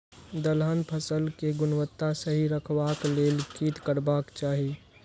दलहन फसल केय गुणवत्ता सही रखवाक लेल की करबाक चाहि?